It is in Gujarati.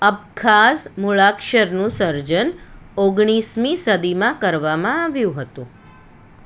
અબખાઝ મૂળાક્ષરનું સર્જન ઓગણીસમી સદીમાં કરવામાં આવ્યું હતું